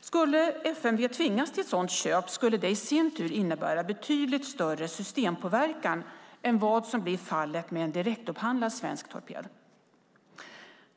Skulle FMV tvingas till ett sådant köp skulle det i sin tur innebära betydligt större systempåverkan än vad som blir fallet med en direktupphandlad svensk torped.